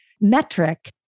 metric